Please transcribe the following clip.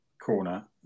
corner